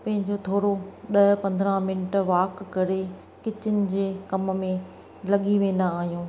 पंहिंजो थोरो ॾह पंद्रहं मिंट वाक करे किचन जे कम में लॻी वेंदा आहियूं